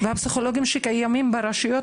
והפסיכולוגים שקיימים ברשויות,